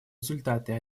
результаты